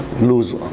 lose